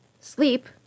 sleep